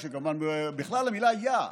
בכלל, את המילה "יא",